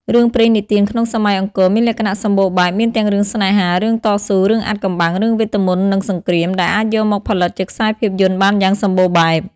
រឿងព្រេងនិទានក្នុងសម័យអង្គរមានលក្ខណៈសម្បូរបែប មានទាំងរឿងស្នេហា រឿងតស៊ូ រឿងអាថ៌កំបាំង រឿងវេទមន្ត និងសង្រ្គាម ដែលអាចយកមកផលិតជាខ្សែភាពយន្តបានយ៉ាងសម្បូរបែប។